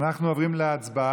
אנחנו עוברים להצבעה.